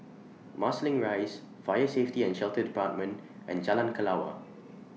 Marsiling Rise Fire Safety and Shelter department and Jalan Kelawar